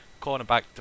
cornerback